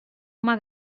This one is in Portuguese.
uma